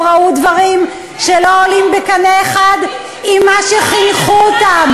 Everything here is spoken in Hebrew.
ראו דברים שלא עולים בקנה אחד עם מה שחינכו אותם,